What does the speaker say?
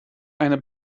eine